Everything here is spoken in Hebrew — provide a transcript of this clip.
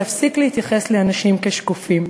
להפסיק להתייחס לאנשים כשקופים.